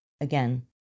again